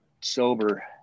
sober